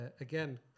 again